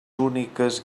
úniques